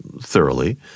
thoroughly